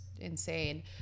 insane